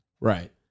Right